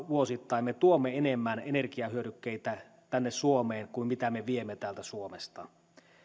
vuosittain me tuomme enemmän energiahyödykkeitä tänne suomeen kuin me viemme täältä suomesta